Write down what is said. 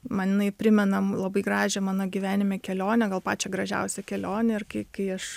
man jinai primena labai gražią mano gyvenime kelionę gal pačią gražiausią kelionę ir kai kai aš